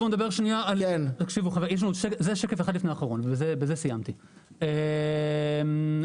מושב אחיטוב הוא מושב בתחומי מועצה אזורית עמק חפר,